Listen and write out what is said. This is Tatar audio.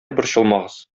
борчылмагыз